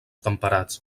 temperats